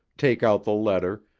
take out the letter,